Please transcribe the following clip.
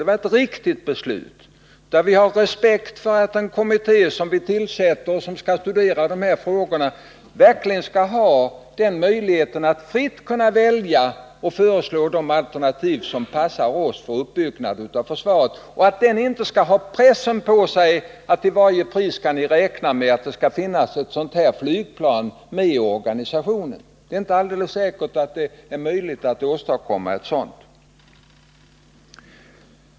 Det var ett riktigt beslut, som innebär att vi har respekt för den kommitté som tillsatts och som skall studera de här frågorna. Den bör ha möjlighet att fritt välja och föreslå de alternativ som passar för uppbyggnad av försvaret. Den skall inte ha pressen på sig att till varje pris räkna med att ett sådant flygplan som det här gäller skall finnas med i organisationen. Det är inte alldeles säkert att det är möjligt att åstadkomma ett sådant.